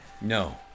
No